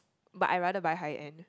but I rather buy high end